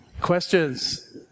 Questions